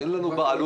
אגב,